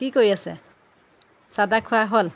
কি কৰি আছে চাহ তাহ খোৱা হ'ল